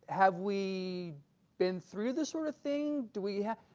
have we been through this sort of thing do we have,